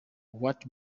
what